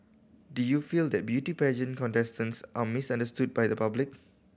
do you feel that beauty pageant contestants are misunderstood by the public